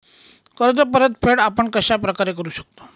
कर्ज परतफेड आपण कश्या प्रकारे करु शकतो?